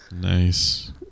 Nice